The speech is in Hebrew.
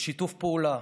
בשיתוף פעולה,